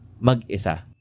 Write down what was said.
mag-isa